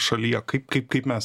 šalyje kaip kaip kaip mes